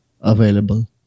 available